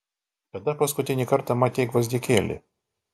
kada paskutinį kartą matei gvazdikėlį